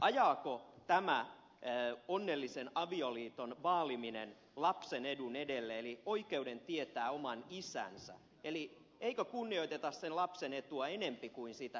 ajaako tämä onnellisen avioliiton vaaliminen lapsen edun edelle eli oikeuden tietää oman isänsä eli eikö kunnioiteta sen lapsen etua enempi kuin sitä